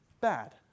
bad